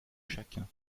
chacun